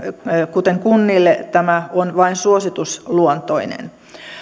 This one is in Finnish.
kuten kunnille tämä on vain suositusluontoinen